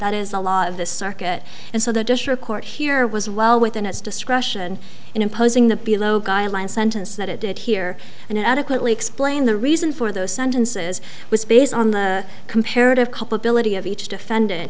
that is a lot of this circuit and so the district court here was well within its discretion in imposing the below guidelines sentence that it did here and adequately explained the reason for those sentences was based on the comparative culpability of each defendant